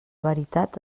veritat